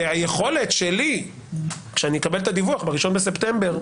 והיכולת שלי כשאני אקבל את הדיווח ב-1 בספטמבר,